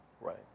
Right